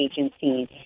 agencies